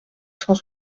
cent